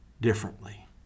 differently